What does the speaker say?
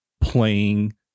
playing